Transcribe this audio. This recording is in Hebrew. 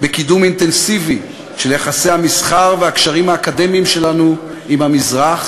בקידום אינטנסיבי של יחסי המסחר והקשרים האקדמיים שלנו עם המזרח,